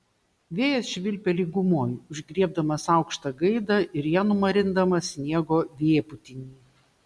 vėjas švilpia lygumoj užgriebdamas aukštą gaidą ir ją numarindamas sniego vėpūtiny